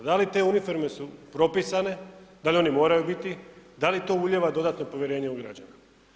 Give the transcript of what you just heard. Da li te uniforme su propisane, da li one moraju biti, da li to ulijeva dodatno povjerenje u građana?